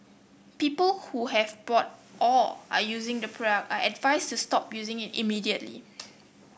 people who have bought or are using the product are advised to stop using it immediately